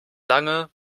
lange